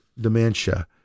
dementia